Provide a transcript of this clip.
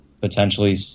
potentially